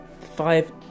five